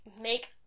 make